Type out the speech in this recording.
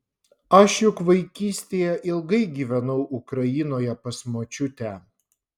aš juk vaikystėje ilgai gyvenau ukrainoje pas močiutę